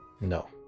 No